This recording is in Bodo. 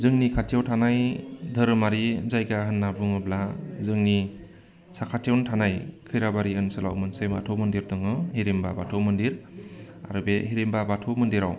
जोंनि खाथियाव थानाय धोरोमारि जायगा होनना बुङोब्ला जोंनि साखाथियावनो थानाय खैराबारि ओनसोलाव मोनसे बाथौ मन्दिर दङ हिरिमबा बाथौ मन्दिर आरो बे हिरिमबा बाथौ मन्दिराव